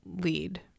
lead